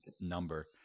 number